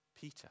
Peter